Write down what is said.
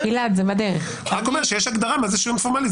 אני רק אומר שיש הגדרה מה זה שריון פורמלי,